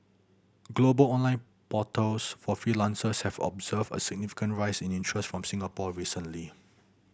global online portals for freelancers have observed a significant rise in interest from Singapore recently